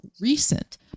recent